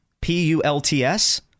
P-U-L-T-S